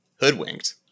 Hoodwinked